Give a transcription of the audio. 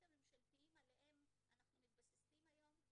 הממשלתיים עליהם אנחנו מתבססים היום,